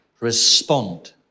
Respond